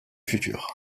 futur